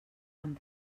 amb